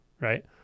right